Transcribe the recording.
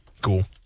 Cool